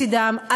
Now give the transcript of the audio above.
מצדם,